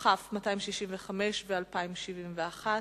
כ/265 ו-פ/2071/17,